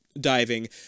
Diving